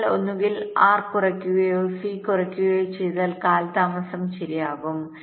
അതിനാൽ ഒന്നുകിൽ ആർ കുറയ്ക്കുകയോ സി കുറയ്ക്കുകയോ ചെയ്താൽ കാലതാമസം ശരിയാകും